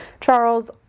Charles